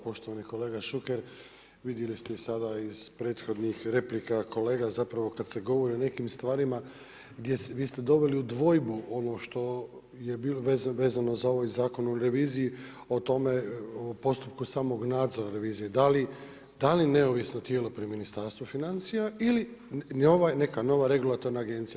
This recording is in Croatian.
Poštovani kolega Šuker, vidjeli ste i sada iz prethodnih replika kolega, zapravo kad se govori o nekim stvarima, vi ste doveli u dvojbu ono što je bilo vezano za ovaj zakon o reviziji, o postupku samog nadzora revizije, da li neovisno tijelo pri Ministarstvu financija ili neka nova regulatorna agencija.